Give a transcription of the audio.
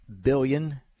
billion